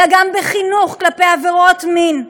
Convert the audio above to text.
אלא גם בחינוך כלפי עבירות מין,